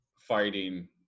fighting